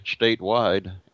statewide